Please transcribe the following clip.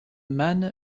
man